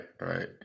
right